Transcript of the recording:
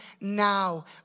now